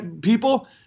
People